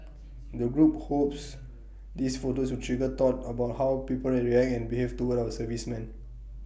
the group hopes these photos will trigger thought about how people react and behave toward our servicemen